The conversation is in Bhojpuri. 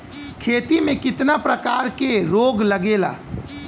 खेती में कितना प्रकार के रोग लगेला?